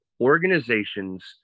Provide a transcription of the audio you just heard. organizations